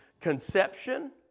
conception